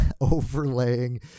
overlaying